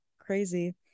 crazy